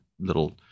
Little